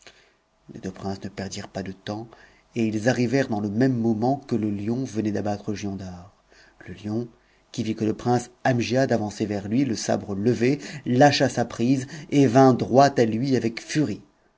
les deux princes ne perdirent pas de temps et ils arrivèrent dans i même moment que le lion venait d'abattre giondar le lion qui vit que le prince amgiad avançait vers lui le sabre levé tacha sa prise et vint droit à lui avec furie